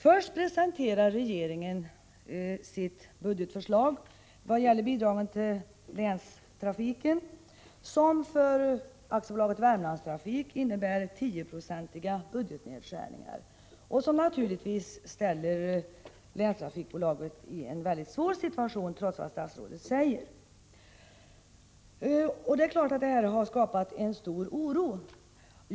Först presenterar regeringen sitt budgetförslag vad gäller bidragen till länstrafiken. För AB Värmlandstrafik innebär det 10-procentiga budgetnedskärningar, som naturligtvis ställer bolaget i en väldigt svår situation, i motsats till vad statsrådet här säger. Detta har skapat en stor oro.